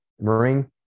Marine